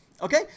Okay